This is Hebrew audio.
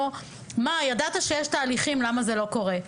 שהוא ידע שיש תהליכים ולמה זה לא קורה.